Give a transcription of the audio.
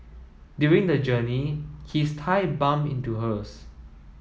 during the journey his thigh bumped into hers